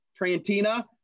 trantina